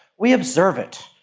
we observe it.